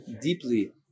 deeply